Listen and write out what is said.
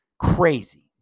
crazy